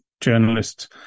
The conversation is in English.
journalists